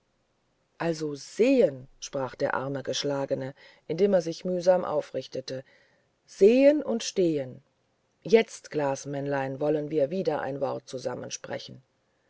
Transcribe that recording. also sehen sprach der arme geschlagene indem er sich mühsam aufrichtete sehen und stehen jetzt glasmännlein wollen wir wieder ein wort